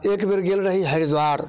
एक बेर गेल रही हरिद्वार